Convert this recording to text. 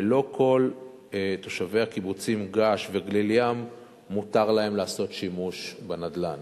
ולא כל תושבי הקיבוצים געש וגליל-ים מותר להם לעשות שימוש בנדל"ן.